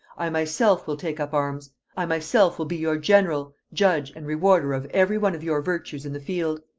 i myself will take up arms i myself will be your general, judge, and rewarder of every one of your virtues in the field.